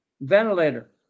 Ventilator